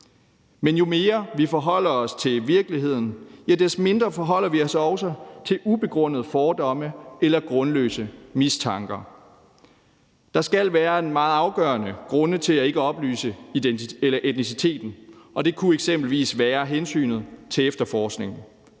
Men jo mere vi forholder os til virkeligheden, des mindre forholder vi os også til ubegrundede fordomme eller grundløse mistanker. Der skal være meget afgørende grunde til ikke at oplyse etnicitet, og det kunne eksempelvis være hensynet til efterforskningen.